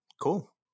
Cool